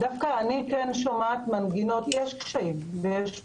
אני כן שומעת מנגינות חיוביות יש קשיים ויש פערים,